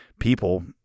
people